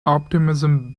optimism